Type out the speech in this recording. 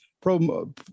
pro